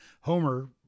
Homer